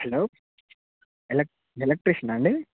hello ఎలక్ ఎలక్ట్రీషియనా అండి